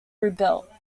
rebuilt